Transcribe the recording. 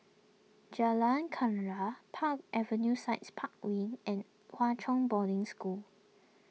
Jalan Kenarah Park Avenue sites Park Wing and Hwa Chong Boarding School